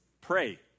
pray